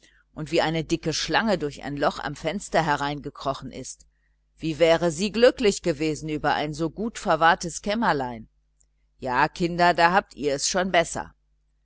und wie eine dicke schlange durch ein loch am fenster herein gekrochen ist wie wäre sie glücklich gewesen über ein so gutverwahrtes kämmerlein ja kinder da habt ihr es schon besser